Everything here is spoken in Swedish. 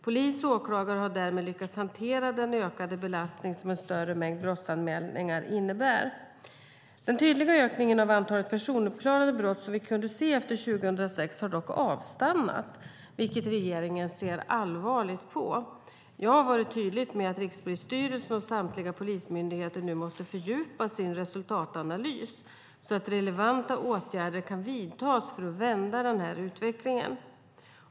Polis och åklagare har därmed lyckats hantera den ökade belastning som en större mängd brottsanmälningar innebär. Den tydliga ökningen av antalet personuppklarade brott som vi kunde se efter 2006 har dock avstannat, vilket regeringen ser allvarligt på. Jag har varit tydlig med att Rikspolisstyrelsen och samtliga polismyndigheter nu måste fördjupa sin resultatanalys så att relevanta åtgärder kan vidtas för att vända den här utvecklingen.